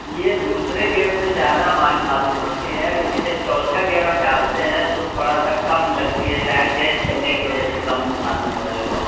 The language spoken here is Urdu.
یہ دوسرے گیئر سے زیادہ معلوم ہوتی ہے لیکن جب چوتھا گیئر ہم ڈالتے ہیں تو تھوڑا سا کم لگتی ہے شاید تیز چلنے کی وجہ سے کم معلوم ہو رہی ہو